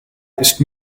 ist